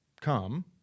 come